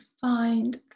find